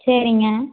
சரிங்க